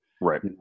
Right